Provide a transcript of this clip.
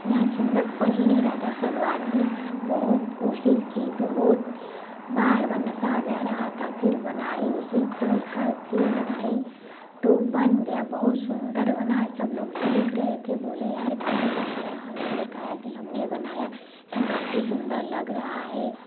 यहाँ चुन्नट बन ही नहीं रहा था सलवार में बहुत कोशिश की बहुत बार बार नसा जा रहा था फिर बना उसे खोल कर फिर बनाई तो बन गया बहुत सुंदर बना सब लोग देख रहे थे बोले यार कौन बनाया हमने बताया हमने बनाया ये काफी सुंदर लग रहा है